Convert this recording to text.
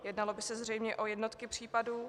Jednalo by se zřejmě o jednotky případů.